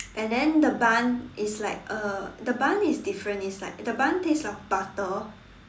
and then the bun is like uh the bun is different it's like the bun taste of butter